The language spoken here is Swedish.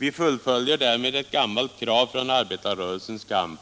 Vi fullföljer därmed ett gammalt krav från arbetarrörelsens kamp.